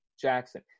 Jackson